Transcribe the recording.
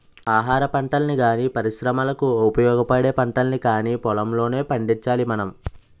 ఆహారపంటల్ని గానీ, పరిశ్రమలకు ఉపయోగపడే పంటల్ని కానీ పొలంలోనే పండించాలి మనం